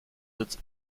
its